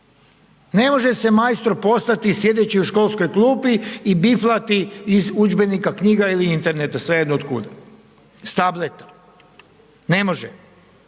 ne može se majstor postati sjedeći u školskoj klupi i biflati iz udžbenika, knjiga ili interneta, svejedno otkud, s tableta, ne može,